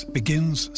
begins